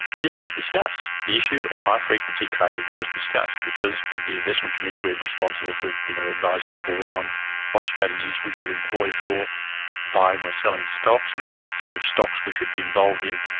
this was discussed the issue of high-frequency trading was discussed, because at and the investment committee we're responsible for advising the board on what strategies we should employ for buying or selling stocks, and what sort of stocks we should be involved in.